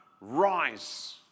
rise